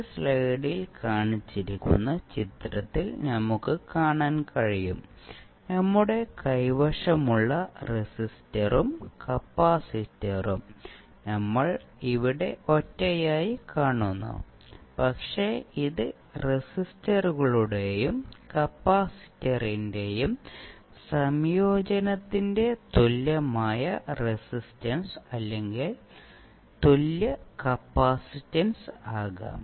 ഈ സ്ലൈഡിൽ കാണിച്ചിരിക്കുന്ന ചിത്രത്തിൽ നമുക്ക് കാണാൻ കഴിയും നമ്മുടെ കൈവശമുള്ള റെസിസ്റ്ററും കപ്പാസിറ്ററും നമ്മൾ ഇവിടെ ഒറ്റയായി കാണുന്നു പക്ഷേ ഇത് റെസിസ്റ്ററുകളുടെയും കപ്പാസിറ്ററിന്റെയും സംയോജനത്തിന്റെ തുല്യമായ റസിസ്റ്റൻസ് അല്ലെങ്കിൽ തുല്യ കപ്പാസിറ്റൻസ് ആകാം